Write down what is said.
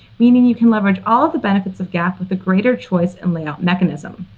meaning you can leverage all the benefits of gap with a greater choice and layout mechanism.